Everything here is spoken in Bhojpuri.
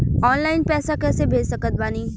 ऑनलाइन पैसा कैसे भेज सकत बानी?